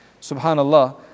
SubhanAllah